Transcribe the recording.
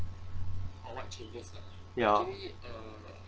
ya